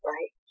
Right